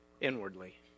inwardly